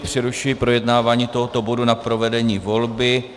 Přerušuji projednávání tohoto bodu na provedení volby.